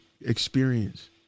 experience